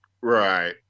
Right